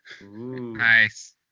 nice